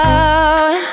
out